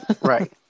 Right